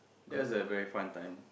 that was a very fun time